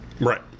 Right